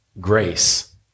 grace